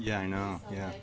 yeah i know yeah